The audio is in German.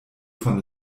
von